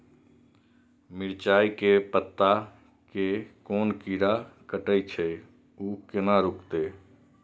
मिरचाय के पत्ता के कोन कीरा कटे छे ऊ केना रुकते?